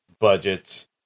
budgets